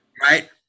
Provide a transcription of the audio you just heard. Right